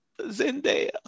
Zendaya